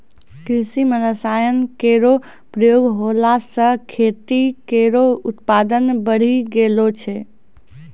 कृषि म रसायन केरो प्रयोग होला सँ खेतो केरो उत्पादन बढ़ी गेलो छै